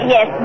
Yes